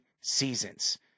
seasons